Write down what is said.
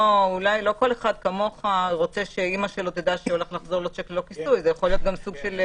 אולי לא כל אחד כמוך רוצה שאימא שלו תדע שהולך לחזור לו שיק ללא כיסוי,